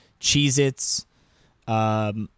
Cheez-Its